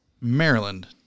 Maryland